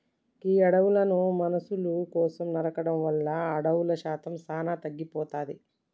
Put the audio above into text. గీ అడవులను మనుసుల కోసం నరకడం వల్ల అడవుల శాతం సానా తగ్గిపోతాది